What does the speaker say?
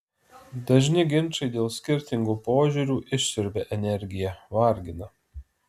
dažni ginčai dėl skirtingų požiūrių išsiurbia energiją vargina